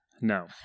no